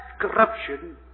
corruption